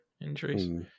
injuries